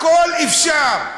הכול אפשר.